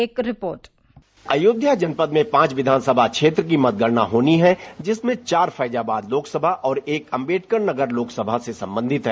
एक रिपोर्ट अयोध्या जनपद में पांच क्षिानसभा क्षेत्र की मतगणना होनी है जिसमें चार फैजाबाद लोकसभा और एक अम्बेडकरनगर लोकसभा से सम्बाधित है